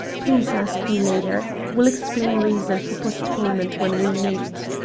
please ask me later. will explain reason for postponement when we meet.